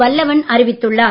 வல்லவன் அறிவித்துள்ளார்